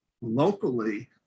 locally